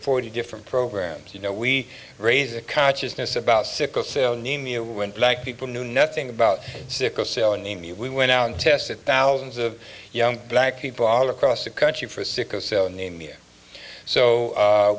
forty different programs you know we raise a consciousness about sickle cell anemia when black people knew nothing about sickle cell anemia we went out and tested thousands of young black people all across the country for sickle cell anemia so